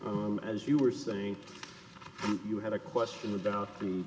from as you were saying you had a question about the